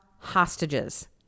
hostages